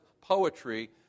poetry